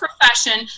profession